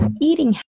eating